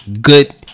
good